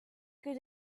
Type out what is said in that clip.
good